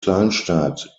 kleinstadt